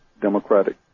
democratic